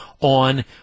on